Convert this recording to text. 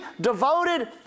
devoted